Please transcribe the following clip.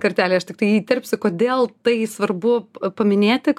kartelį aš tiktai įterpsiu kodėl tai svarbu paminėti